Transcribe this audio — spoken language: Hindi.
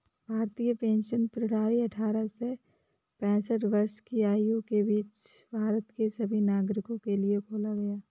राष्ट्रीय पेंशन प्रणाली अट्ठारह से पेंसठ वर्ष की आयु के बीच भारत के सभी नागरिकों के लिए खोला गया